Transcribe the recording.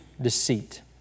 deceit